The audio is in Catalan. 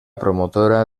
promotora